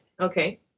Okay